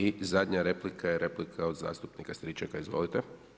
I zadnja replika je replika od zastupnika Stričaka, izvolite.